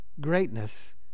Greatness